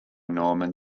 norman